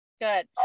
Good